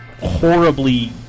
horribly